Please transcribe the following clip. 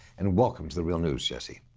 and welcome to the real news, jesse.